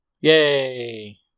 Yay